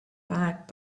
back